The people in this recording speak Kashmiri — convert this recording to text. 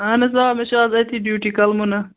اہن حظ آ مےٚ چھ آز أتی ڈیوٹی کَلمُنا